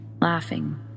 laughing